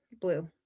blue